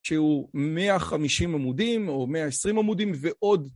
שהוא 150 עמודים או 120 עמודים ועוד